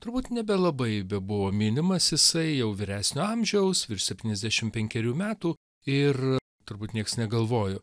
turbūt nebelabai bebuvo minimas jisai jau vyresnio amžiaus virš septyniasdešimt penkerių metų ir turbūt nieks negalvojo